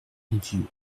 vieux